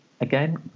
again